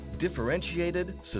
Differentiated